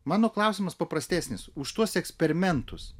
mano klausimas paprastesnis už tuos eksperimentus